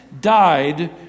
died